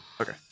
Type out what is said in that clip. okay